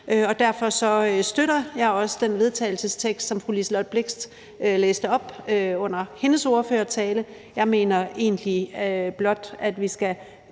derfor støtter jeg også det forslag til vedtagelse, som fru Liselott Blixt læste op under sin ordførertale. Jeg mener egentlig, at vi blot